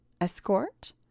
Escort